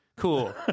cool